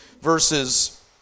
verses